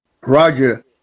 Roger